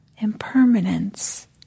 impermanence